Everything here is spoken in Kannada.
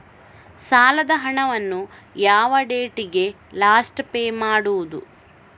ಸಾಲದ ಹಣವನ್ನು ಯಾವ ಡೇಟಿಗೆ ಲಾಸ್ಟ್ ಪೇ ಮಾಡುವುದು?